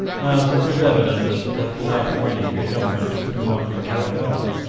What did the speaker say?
as it was evident that without money the government could not be carried on,